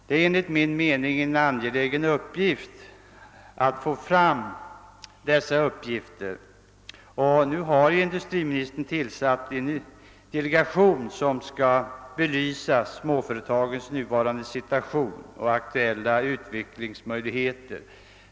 Det är enligt min mening angeläget att få fram sådana uppgifter, och industriministern har också tillsatt en delegation som skall belysa företagens nuvarande situation och aktuella utvecklingsmöjligheter.